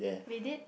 we did